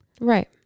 right